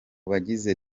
bagize